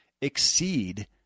exceed